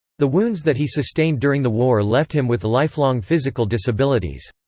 the wounds that he sustained during the war left him with lifelong physical disabilities.